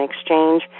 exchange